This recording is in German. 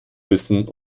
wissen